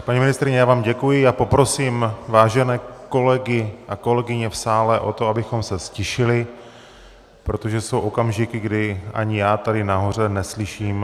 Paní ministryně, já vám děkuji, a poprosím vážené kolegy a kolegyně v sále, abychom se ztišili, protože jsou okamžiky, kdy ani já tady nahoře neslyším.